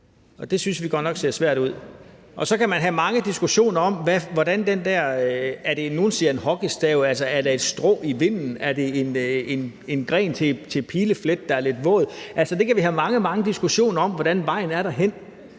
det synes vi godt nok ser svært ud. Og så kan man have mange diskussioner om, hvordan det er med den der, som nogle siger er en hockeystav, eller er det et strå i vinden? Er det en gren til pileflet, der er lidt våd? Altså, vi kan have mange, mange diskussioner om, hvordan vejen derhen